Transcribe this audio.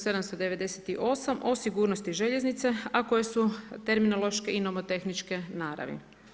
798 o sigurnosti željeznice a koje su terminološke i nomo tehničke naravi.